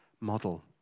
model